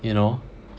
you know